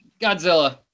Godzilla